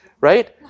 Right